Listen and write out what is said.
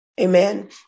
Amen